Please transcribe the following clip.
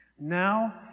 Now